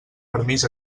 permís